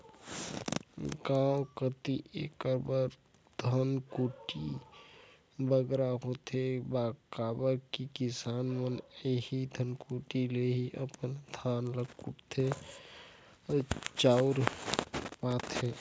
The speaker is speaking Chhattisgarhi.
गाँव कती एकर बर धनकुट्टी बगरा होथे काबर कि किसान मन एही धनकुट्टी ले ही अपन धान ल कुटवाए के चाँउर पाथें